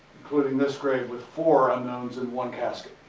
including this grave, with four unknowns in one casket.